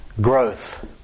Growth